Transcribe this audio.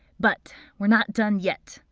but we're not done yet.